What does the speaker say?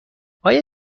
آیا